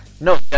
No